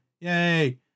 yay